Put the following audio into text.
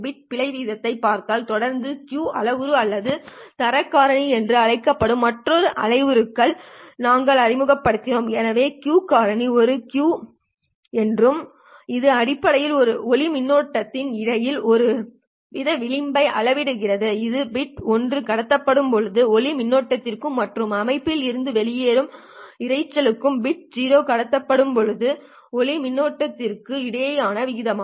bit பிழை வீதத்தைப் பார்த்ததை தொடர்ந்து Q அளவுரு அல்லது தர காரணி என்று அழைக்கப்படும் மற்றொரு அளவுருவையும் நாங்கள் அறிமுகப்படுத்தினோம் எனவே Q காரணி ஒரு Q என்றும் இது அடிப்படையில் ஒளி மின்னோட்டத்திற்கு இடையில் ஒரு வித விளிம்பை அளவிடுகிறது இது பிட் 1 கடத்தப்படும்போது ஒளி மின்னோட்டத்திற்கும் மற்றும் அமைப்பில் இருந்து வெளியேறும் இரைச்சலுக்கு பிட் 0 கடத்தப்படும்போது ஒளி மின்னோட்டத்திற்கும் இடையிலான வித்தியாசம்